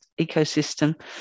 ecosystem